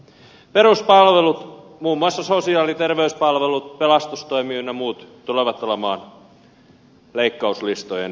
peruspalvelut muun muassa sosiaali terveyspalvelut pelastustoimi ynnä muut tulevat olemaan leikkauslistojen edessä